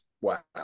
wow